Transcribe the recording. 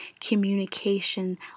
communication